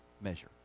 measure